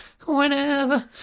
Whenever